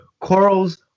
corals